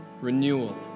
Renewal